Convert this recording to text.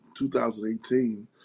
2018